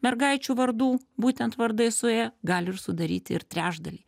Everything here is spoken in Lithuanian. mergaičių vardų būtent vardai su ė gali ir sudaryti ir trečdalį